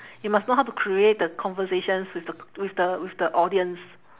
you must know how to create the conversations with the with the with the audience